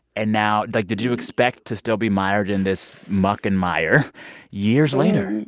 and now like, did you expect to still be mired in this muck and mire years later?